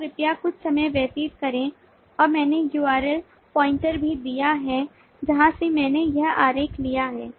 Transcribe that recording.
तो कृपया कुछ समय व्यतीत करें और मैंने url पॉइंटर भी दिया है जहाँ से मैंने यह आरेख लिया है